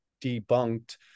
debunked